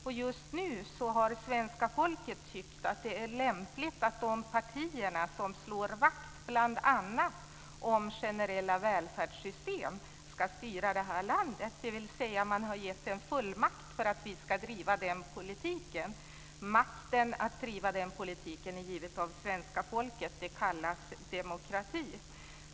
Och just nu har det svenska folket tyckt att det är lämpligt att de partier som slår vakt om bl.a. generella välfärdssystem ska styra det här landet, dvs. man har gett en fullmakt för att vi ska driva den politiken. Makten att driva denna politik är given av svenska folket. Det kallas demokrati.